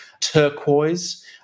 turquoise